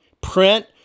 print